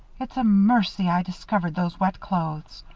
it's a mercy i discovered those wet clothes.